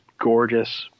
gorgeous